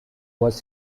was